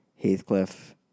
Heathcliff